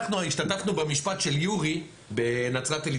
אנחנו השתתפנו במשפט של יורי בנצרת עלית,